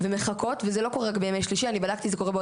היא מבצעת ביקורת על